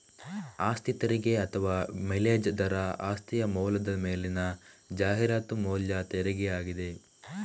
ಆಸ್ತಿ ತೆರಿಗೆ ಅಥವಾ ಮಿಲೇಜ್ ದರ ಆಸ್ತಿಯ ಮೌಲ್ಯದ ಮೇಲಿನ ಜಾಹೀರಾತು ಮೌಲ್ಯ ತೆರಿಗೆಯಾಗಿದೆ